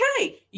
okay